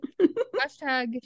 hashtag